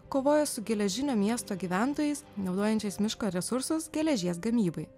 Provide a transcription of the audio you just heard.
kovoja su geležinio miesto gyventojais naudojančiais miško resursus geležies gamybai